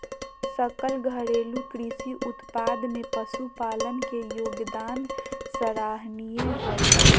सकल घरेलू कृषि उत्पाद में पशुपालन के योगदान सराहनीय हइ